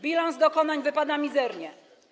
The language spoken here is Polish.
Bilans dokonań wypada mizernie.